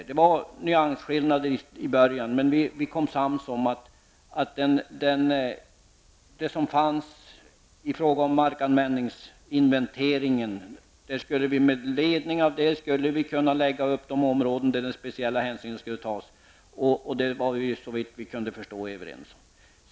I början var det nyansskillnader, men vi kom överens om att vi med ledning av det som fanns i fråga om markanvändningsinventering skulle kunna fastställa områden där speciella hänsyn skulle tas.